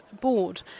Board